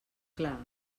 clar